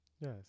Yes